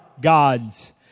God's